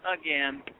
again